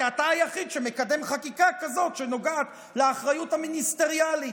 כי אתה היחיד שמקדם חקיקה כזאת שנוגעת לאחריות המיניסטריאלית.